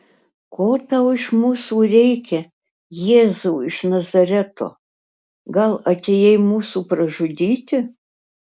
ko tau iš mūsų reikia jėzau iš nazareto gal atėjai mūsų pražudyti